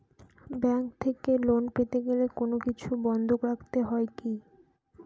Bank থেকে loan পেতে গেলে কোনো কিছু বন্ধক রাখতে হয় কি?